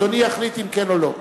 אדוני יחליט אם כן או לא.